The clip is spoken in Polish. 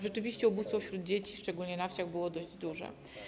Rzeczywiście ubóstwo wśród dzieci, szczególnie na wsiach, było dość duże.